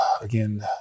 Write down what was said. again